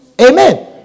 Amen